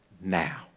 now